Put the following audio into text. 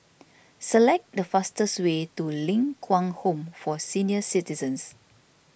select the fastest way to Ling Kwang Home for Senior Citizens